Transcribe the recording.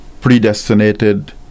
predestinated